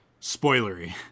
spoilery